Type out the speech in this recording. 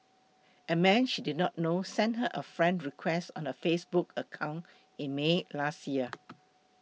a man she did not know sent her a friend request on her Facebook account in May last year